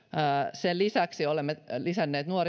sen lisäksi olemme lisänneet